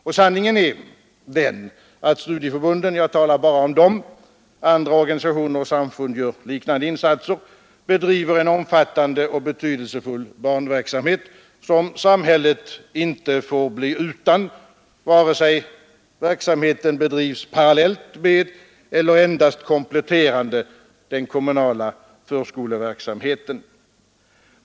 Och sanningen är den att studieförbunden — jag talar bara om dem, men andra organisationer och samfund gör liknande insatser — bedriver en omfattande och betydelsefull barnverksamhet, som samhället inte får bli utan, vare sig verksamheten bedrivs parallellt med eller endast kompletterande den kommunala förskoleverksamheten.